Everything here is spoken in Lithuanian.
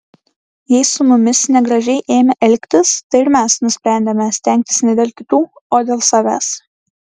jei su mumis negražiai ėmė elgtis tai ir mes nusprendėme stengtis ne dėl kitų o dėl savęs